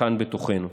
כאן בתוכנו.